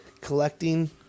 collecting